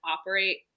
operate